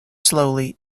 slowly